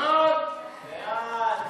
ההצעה